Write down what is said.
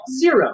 Zero